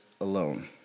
alone